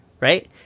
right